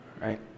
right